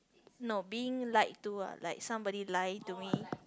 no being lied to ah like somebody lie to me